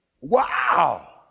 Wow